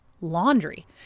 laundry